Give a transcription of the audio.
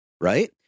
right